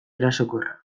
erasokorra